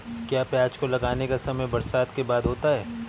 क्या प्याज को लगाने का समय बरसात के बाद होता है?